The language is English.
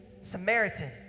Samaritan